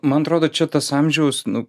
man atrodo čia tas amžiaus nu